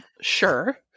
sure